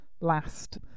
last